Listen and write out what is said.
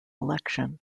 election